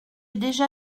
déjà